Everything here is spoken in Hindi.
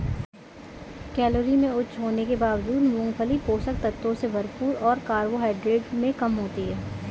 कैलोरी में उच्च होने के बावजूद, मूंगफली पोषक तत्वों से भरपूर और कार्बोहाइड्रेट में कम होती है